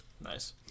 Nice